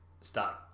start